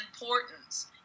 importance